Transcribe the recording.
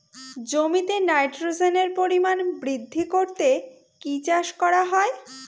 জমিতে নাইট্রোজেনের পরিমাণ বৃদ্ধি করতে কি চাষ করা হয়?